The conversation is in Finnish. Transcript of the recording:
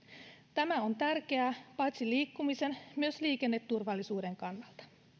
tämä on tärkeää paitsi liikkumisen myös liikenneturvallisuuden kannalta